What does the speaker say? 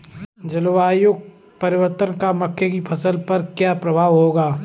जलवायु परिवर्तन का मक्के की फसल पर क्या प्रभाव होगा?